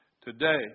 Today